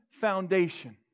foundation